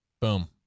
Boom